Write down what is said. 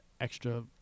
extra